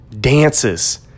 dances